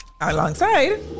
Alongside